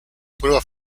prueba